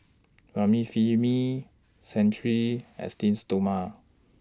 Remifemin Cetrimide Esteem Stoma